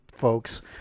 folks